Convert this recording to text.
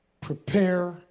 Prepare